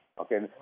okay